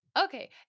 Okay